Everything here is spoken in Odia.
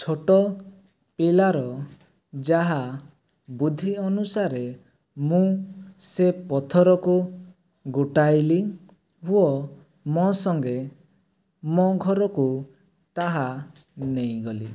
ଛୋଟ ପିଲାର ଯାହା ବୁଦ୍ଧି ଅନୁସାରେ ମୁଁ ସେ ପଥରକୁ ଗୋଟାଇଲି ଓ ମୋ ସଙ୍ଗେ ମୋ ଘରକୁ ତାହା ନେଇଗଲି